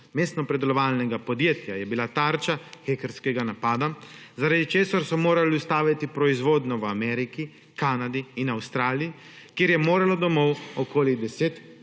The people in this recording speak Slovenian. mestno predelovalnega podjetja je bila tarča hekerskega napada, zaradi česar so morali ustavljati proizvodnjo v Ameriki, Kanadi in Avstraliji, kjer je moralo domov okoli 10 tisoč